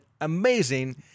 amazing